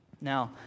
Now